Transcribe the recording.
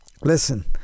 listen